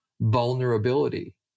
vulnerability